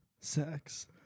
sex